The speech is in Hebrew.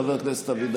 חבר הכנסת אבידר,